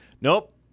nope